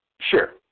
Sure